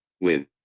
win